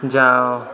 ଯାଅ